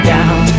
Down